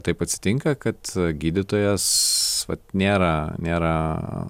taip atsitinka kad gydytojas nėra nėra